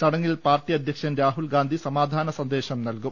ചടങ്ങിൽ പാർട്ടി അധ്യക്ഷൻ രാഹുൽ ഗാന്ധി സമാധാന സന്ദേശം നൽകും